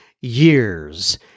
years